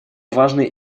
важный